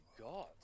god